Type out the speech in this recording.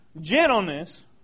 gentleness